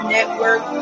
Network